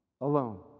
alone